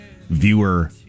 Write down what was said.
viewer